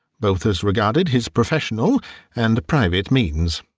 both as regarded his professional and private means.